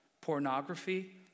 Pornography